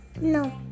No